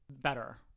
better